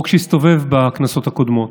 הוא חוק שהסתובב בכנסות הקודמות.